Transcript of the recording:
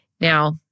Now